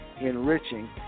enriching